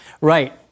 Right